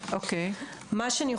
ואני גם